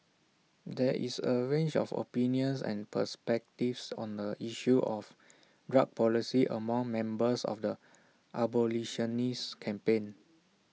there is A range of opinions and perspectives on the issue of drug policy among members of the abolitionist campaign